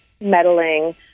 meddling